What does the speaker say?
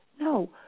No